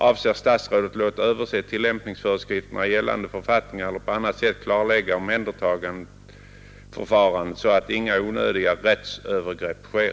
Avser statsrådet låta överse tillämpningsföreskrifterna i gällande författningar eller på annat sätt klarlägga omhändertagandeförfarandet så att inga onödiga rättsövergrepp sker?